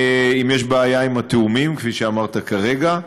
אם יש בעיה עם התיאומים, כפי שאמרתי כרגע,